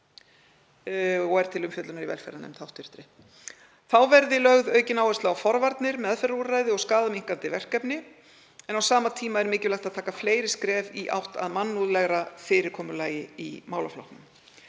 og er til umfjöllunar í hv. velferðarnefnd. Þá verði lögð aukin áhersla á forvarnir, meðferðarúrræði og skaðaminnkandi verkefni en á sama tíma er mikilvægt að stíga fleiri skref í átt að mannúðlegra fyrirkomulagi í málaflokknum.